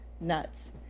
nuts